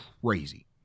crazy